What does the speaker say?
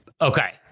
Okay